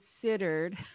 considered